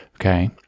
okay